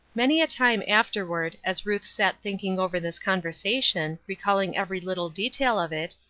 many a time afterward, as ruth sat thinking over this conversation, recalling every little detail of it,